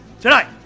tonight